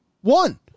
One